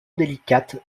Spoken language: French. délicate